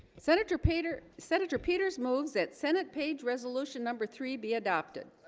senator peter senator peters moves at senate page resolution number three be adopted